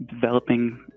developing